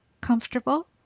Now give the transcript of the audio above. Comfortable